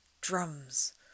drums